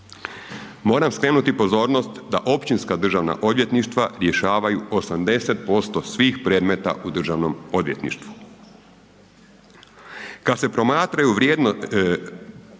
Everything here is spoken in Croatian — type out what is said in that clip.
Moram skrenuti pozornost da općinska državna odvjetništva rješavaju 80% svih predmeta u državnom odvjetništvu. Kad se promatraju pojedine